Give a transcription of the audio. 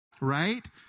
Right